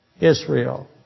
Israel